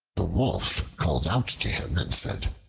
the wolf called out to him and said,